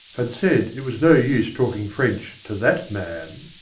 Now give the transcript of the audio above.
had said it was no use talking french to that man.